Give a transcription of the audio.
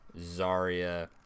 Zarya